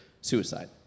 suicide